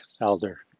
elder